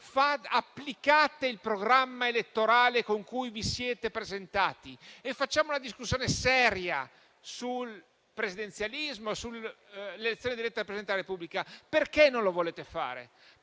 europeo. Applicate il programma elettorale con cui vi siete presentati e facciamo una discussione seria sul presidenzialismo e sull'elezione diretta del Presidente della Repubblica. Perché non lo volete fare?